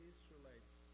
Israelites